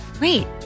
Wait